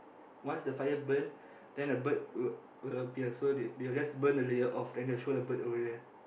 once the fire burn then the bird will will appear so they they will just burn the layer off then they'll show the bird over there